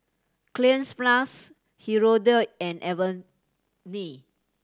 Cleanz Plus Hirudoid and Avene